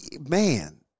Man